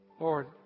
Lord